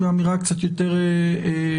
באמירה קצת יותר נקודתית,